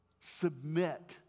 submit